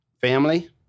Family